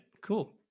cool